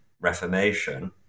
reformation